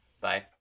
bye